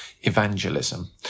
evangelism